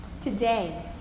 Today